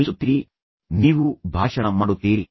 ಚಲಿಸುತ್ತೀರಿ ನೀವೂ ಭಾಷಣ ಮಾಡುತ್ತೀರಿ